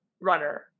Runner